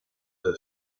her